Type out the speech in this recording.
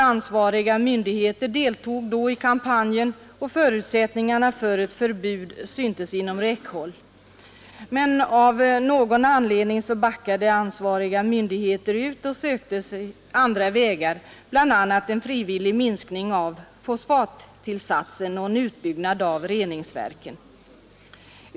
Ansvariga myndigheter deltog då i kampanjen, och förutsättningarna för ett förbud syntes ligga inom räckhåll. Men av någon anledning backade ansvariga myndigheter ut och sökte andra vägar, bl.a. en frivillig minskning av fosfattillsatser och utbyggnad av reningsverken.